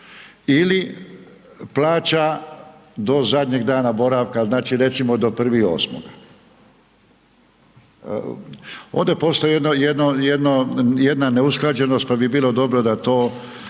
ili plaća do zadnjeg dana boravka znači recimo do 1. 8. Ovdje postoji jedno, jedna neusklađenost pa bit bilo dobro da to